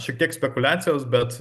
šiek tiek spekuliacijos bet